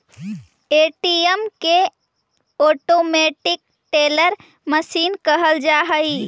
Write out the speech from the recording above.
ATM के automated teller machine कहल जा हइ